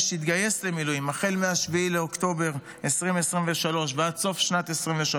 שהתגייס למילואים החל מ-7 באוקטובר 2023 ועד סוף שנת 2023,